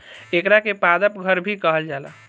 एकरा के पादप घर भी कहल जाला